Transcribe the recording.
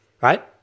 right